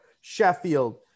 Sheffield